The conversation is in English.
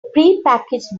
prepackaged